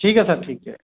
ठीक है सर ठीक है